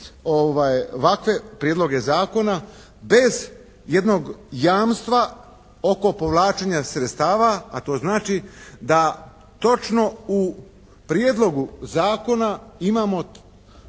ovakve prijedloge zakona bez jednog jamstva oko povlačenja sredstava a to znači da točno u prijedlogu zakona imamo